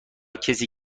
کسی